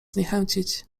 zniechęcić